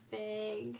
big